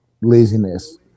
laziness